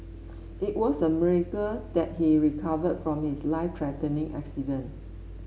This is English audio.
it was a miracle that he recovered from his life threatening accident